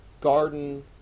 garden